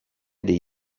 dei